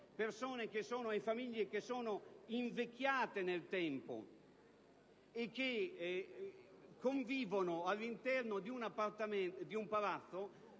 persone e famiglie che sono invecchiate nel tempo e che convivono all'interno di un palazzo